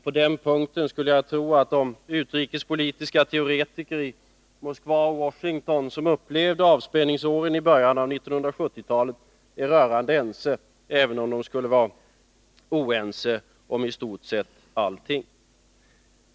På den punkten skulle jag tro att de utrikespolitiska teoretiker i Moskva och Washington som upplevde avspänningsåren i början av 1970-talet är rörande ense, även om de skulle vara oense om i stort sett allt annat.